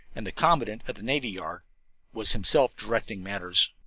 and the commandant of the navy yard was himself directing matters.